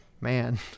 man